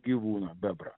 gyvūną bebrą